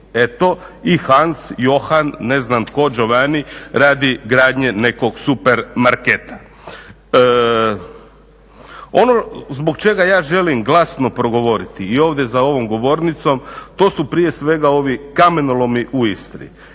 eto i Hans JOhan ne znam tko Giovani radi gradnje nekog supermarketa. Ono zbog čega ja želim glasno progovoriti ovdje za ovom govornicom, to su prije svega ovi kamenolomi u Istri.